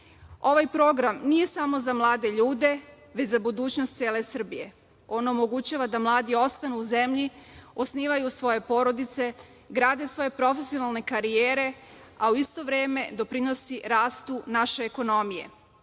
Ovaj program nije samo za mlade ljude, već za budućnost cele Srbije. Omogućava da mladi ostanu u zemlji, osnivaju svoje porodice, grade svoje profesionalne karijere, a u isto vreme doprinosi rastu naše ekonomije,